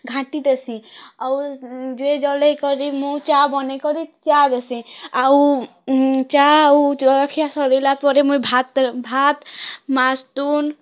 ଘାଣ୍ଟି ଦେସିଁ ଆଉ ଦୁଏ ଜଳାଇକରି ମୁଁ ଚା ବନାଇକରି ଚା ଦେସିଁ ଆଉ ଚା ଆଉ ଜଳଖିଆ ସରିଲା ପରେ ମୁଁଇ ଭାତ ଭାତ୍ ମାସ୍ ତୁନ୍